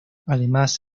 además